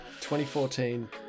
2014